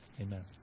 Amen